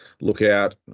Lookout